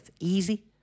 Easy